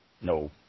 No